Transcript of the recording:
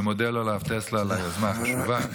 אני מודה לרב טסלר על היוזמה החשובה.